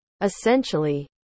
Essentially